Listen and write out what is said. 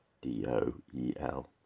d-o-e-l